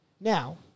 Now